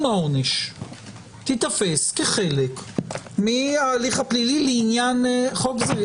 העונש תיתפש כחלק מהליך הפלילי לעניין חוק זה?